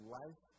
life